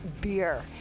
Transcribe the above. beer